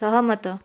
ସହମତ